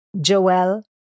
Joel